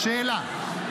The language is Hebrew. זו שאלה.